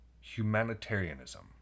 humanitarianism